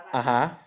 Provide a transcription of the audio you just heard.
ah